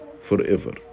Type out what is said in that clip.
forever